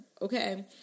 Okay